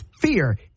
fear